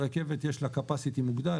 לרכבת יש capacity מוגדל,